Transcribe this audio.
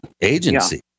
agency